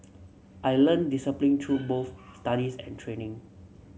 I learnt discipline through both studies and training